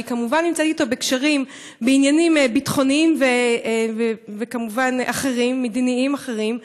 שהיא כמובן נמצאת אתו בקשרים בעניינים ביטחוניים וכמובן מדיניים ואחרים,